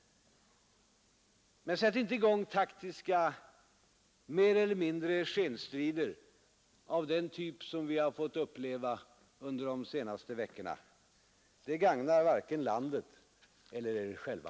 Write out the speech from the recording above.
Men sätt inte i gång taktiska, mer eller mindre skenstrider av den typ som vi har fått uppleva under de senaste veckorna. Det gagnar varken landet eller er själva.